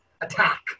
attack